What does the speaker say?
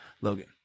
logan